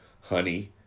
honey